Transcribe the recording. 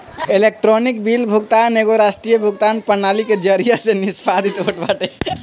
electronic bill भुगतान एगो राष्ट्रीय भुगतान प्रणाली के जरिया से निष्पादित होत बाटे